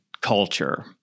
culture